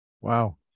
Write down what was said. Wow